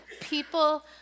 people